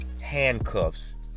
handcuffs